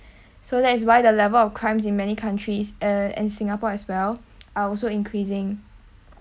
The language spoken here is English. so that is why the level of crimes in many countries and uh in singapore as well are also increasing